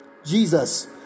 Jesus